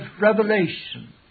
revelation